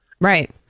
Right